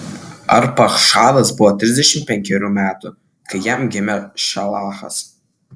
arpachšadas buvo trisdešimt penkerių metų kai jam gimė šelachas